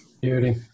Beauty